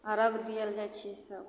अरघ दै ले जाइ छी सभ